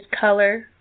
color